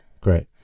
Great